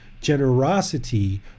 Generosity